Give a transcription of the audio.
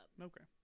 Okay